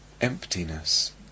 Emptiness